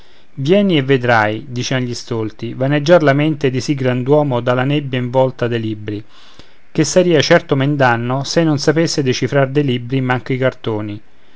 vieni e vedrai dicean gli stolti vaneggiar la mente di sì grand'uomo dalla nebbia involta dei libri che saria certo men danno s'ei non sapesse decifrar dei libri manco i cartoni